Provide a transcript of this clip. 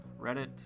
reddit